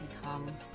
become